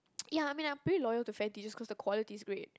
ya I mean I pretty loyal to cause the quality is great